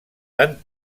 tan